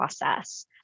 process